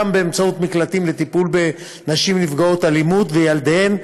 גם באמצעות מקלטים לטיפול בנשים נפגעות אלימות וילדיהן,